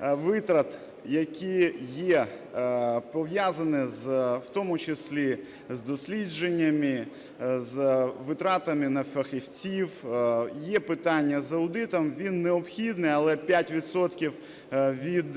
витрат, які є пов'язані з, в тому числі з дослідженнями, з витратами на фахівців. Є питання з аудитом, він необхідний, але 5 відсотків від